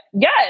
yes